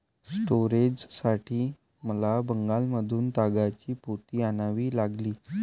स्टोरेजसाठी मला बंगालमधून तागाची पोती आणावी लागली